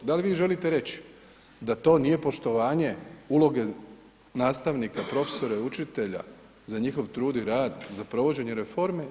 Da li vi želite reći da to nije poštovanje uloge nastavnika, profesora i učitelja za njihov trud i rad, za provođenje reforme?